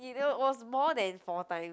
you know it was more than four times